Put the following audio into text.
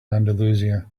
andalusia